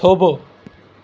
થોભો